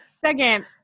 second